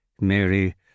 Mary